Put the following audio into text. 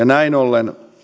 näin ollen